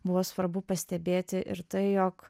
buvo svarbu pastebėti ir tai jog